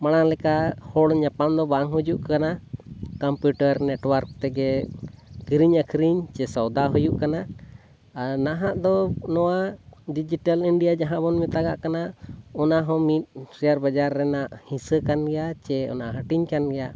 ᱢᱟᱲᱟᱝ ᱞᱮᱠᱟ ᱦᱚᱲ ᱧᱟᱯᱟᱢᱫᱚ ᱵᱟᱝ ᱦᱩᱭᱩᱜ ᱠᱟᱱᱟ ᱠᱚᱢᱯᱤᱭᱩᱴᱟᱨ ᱱᱮᱴᱚᱣᱟᱨᱠ ᱛᱮᱜᱮ ᱠᱤᱨᱤᱧᱼᱟᱹᱠᱷᱨᱤᱧ ᱥᱮ ᱥᱚᱭᱫᱟ ᱦᱩᱭᱩᱜ ᱠᱟᱱᱟ ᱟᱨ ᱱᱟᱦᱟᱜ ᱫᱚ ᱱᱚᱣᱟ ᱰᱤᱡᱤᱴᱟᱞ ᱤᱱᱰᱤᱭᱟ ᱡᱟᱦᱟᱸᱵᱚᱱ ᱢᱮᱛᱟᱜ ᱠᱟᱱᱟ ᱚᱱᱟᱦᱚᱸ ᱢᱤᱫ ᱥᱮᱭᱟᱨ ᱵᱟᱡᱟᱨ ᱨᱮᱱᱟᱜ ᱦᱤᱸᱥᱟᱹᱠᱟᱱ ᱜᱮᱭᱟ ᱥᱮ ᱚᱱᱟ ᱦᱟᱹᱴᱤᱧᱠᱟᱱ ᱜᱮᱭᱟ